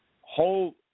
whole